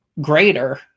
greater